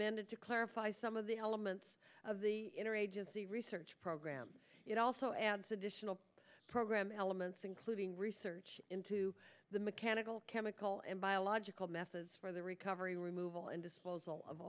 to clarify some of the elements of the interagency research program it also adds additional program elements including research into the mechanical chemical and biological methods for the recovery removal and disposal of